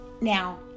now